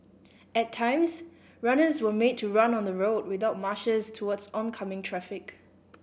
at times runners were made to run on the road without marshals towards oncoming traffic